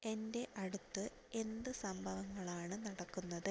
എന്റെ അടുത്ത് എന്ത് സംഭവങ്ങളാണ് നടക്കുന്നത്